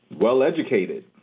well-educated